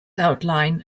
outline